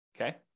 Okay